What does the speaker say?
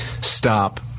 stop